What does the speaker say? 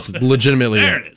Legitimately